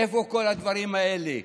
איפה כל הדברים האלה?